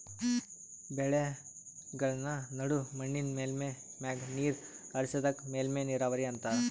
ಬೆಳೆಗಳ್ಮ ನಡು ಮಣ್ಣಿನ್ ಮೇಲ್ಮೈ ಮ್ಯಾಗ ನೀರ್ ಹರಿಸದಕ್ಕ ಮೇಲ್ಮೈ ನೀರಾವರಿ ಅಂತಾರಾ